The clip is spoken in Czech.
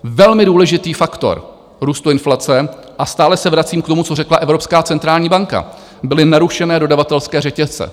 Velmi důležitý faktor růstu inflace a stále se vracím k tomu, co řekla Evropská centrální banka byly narušené dodavatelské řetězce.